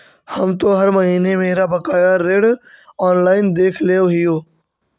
हम तो हर महीने मेरा बकाया ऋण ऑनलाइन देख लेव हियो